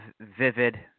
vivid